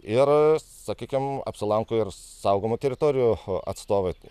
ir sakykim apsilanko ir saugomų teritorijų atstovai